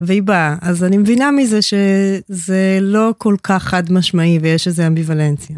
והיא באה. אז אני מבינה מזה שזה לא כל כך חד משמעי ויש איזה אמביוולנציה.